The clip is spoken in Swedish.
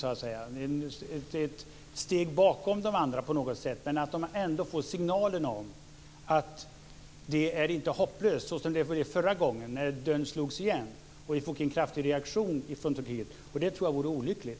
Turkiet skulle på något sätt vara ett steg bakom de andra, men ändå få signalen om att det hela inte är hopplöst. Förra gången slogs ju dörren igen, och vi fick en kraftig reaktion från Turkiet. Det tror jag vore olyckligt.